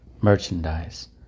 merchandise